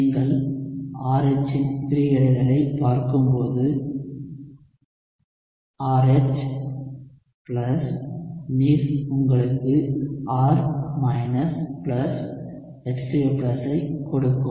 நீங்கள் RH இன் பிரிகையடைதலை பார்க்கும்போது RH நீர் உங்களுக்கு R H3O ஐக் கொடுக்கும்